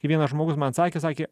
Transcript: vienas žmogus man sakė sakė